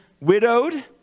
widowed